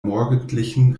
morgendlichen